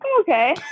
okay